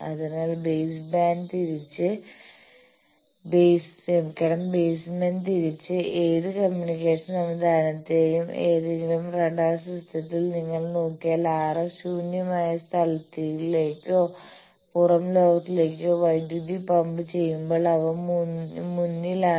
അതിനാൽ ബേസ്മെൻറ് തിരിച്ച് ഏത് കമ്മ്യൂണിക്കേഷൻ സംവിധാനത്തിലെയും ഏതെങ്കിലും റഡാർ സിസ്റ്റത്തിൽ നിങ്ങൾ നോക്കിയാൽ RF ശൂന്യമായ സ്ഥലത്തിലേക്കോ പുറം ലോകത്തിലേക്കോ വൈദ്യുതി പമ്പ് ചെയ്യുമ്പോൾ അവ മുന്നിലാണ്